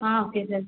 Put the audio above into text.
okay sir